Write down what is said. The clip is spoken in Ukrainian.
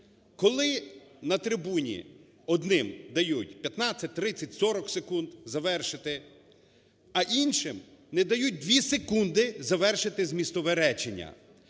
Коли на трибуні одним дають 15, 30, 40 секунд завершити, а іншим не дають 2 секунди завершити змістовне речення.